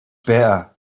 better